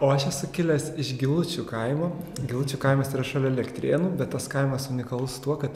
o aš esu kilęs iš gilučių kaimo gilučių kaimas yra šalia elektrėnų bet tas kaimas unikalus tuo kad